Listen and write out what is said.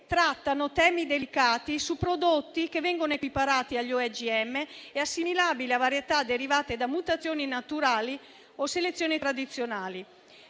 trattano temi delicati su prodotti che vengono equiparati agli OGM e assimilabili a varietà derivate da mutazioni naturali o selezioni tradizionali.